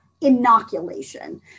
Inoculation